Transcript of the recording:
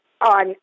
on